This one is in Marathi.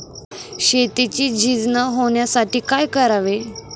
शेतीची झीज न होण्यासाठी काय करावे?